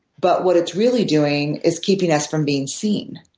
but what it's really doing is keeping us from being seen.